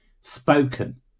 spoken